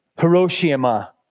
Hiroshima